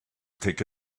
take